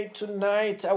tonight